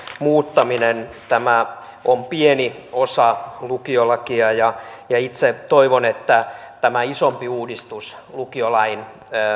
muuttaminen tämä on pieni osa lukiolakia ja ja itse toivon että tämä isompi uudistus lukiolain